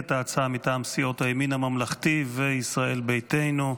את ההצעה מטעם סיעות הימין הממלכתי וישראל ביתנו.